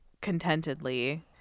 contentedly